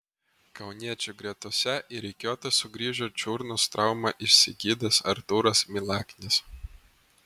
kauniečių gretose į rikiuotę sugrįžo čiurnos traumą išsigydęs artūras milaknis